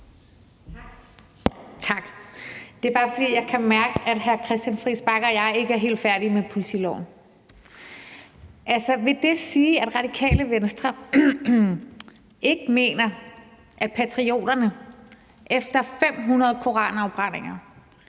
Tak. Det er bare, fordi jeg kan mærke, at hr. Christian Friis Bach og jeg ikke er helt færdige med politiloven. Altså, vil det sige, at Radikale Venstre ikke mener, at Danske Patrioter efter 500 koranafbrændinger